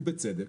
ובצדק,